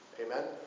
Amen